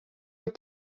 were